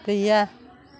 गैया